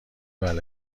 بلایی